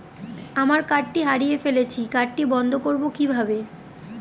আমার কার্ডটি হারিয়ে ফেলেছি কার্ডটি বন্ধ করব কিভাবে?